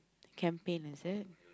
campaign is it